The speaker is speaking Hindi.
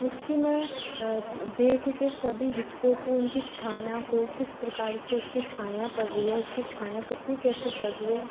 उसकी मैं देख के सभी हिस्सों को उनकी छाया को किस प्रकार से उसकी छाया पड़ रही है उसकी छाया कृति कैसी पड़ रही है